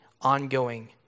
ongoing